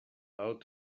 out